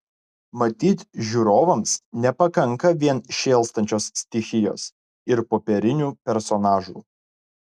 matyt žiūrovams nepakanka vien šėlstančios stichijos ir popierinių personažų